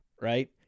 right